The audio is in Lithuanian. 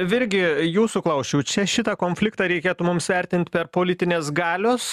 virgi jūsų klausčiau čia šitą konfliktą reikėtų mums vertint per politinės galios